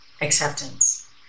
Acceptance